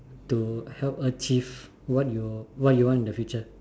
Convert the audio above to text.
to help achieve what you what you want in the future